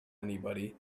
anybody